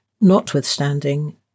notwithstanding